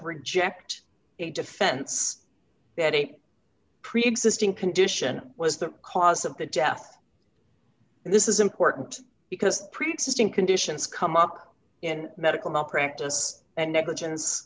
reject it defense that a preexisting condition was the cause of the death and this is important because preexisting conditions come up in medical malpractise and negligence